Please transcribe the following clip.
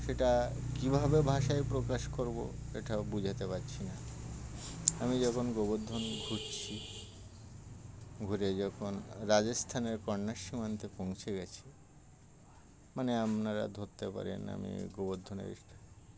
সেটা কীভাবে ভাষায় প্রকাশ করবো এটাও বুঝাতে পারছি না আমি যখন গোবর্ধন ঘুরছি ঘুরে যখন রাজস্থানের কন্যা সীমান্তে পৌঁছে গেছি মানে আপনারা ধরতে পারেন আমি গোবর্ধনের